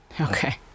Okay